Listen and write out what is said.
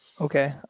okay